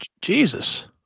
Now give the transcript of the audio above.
Jesus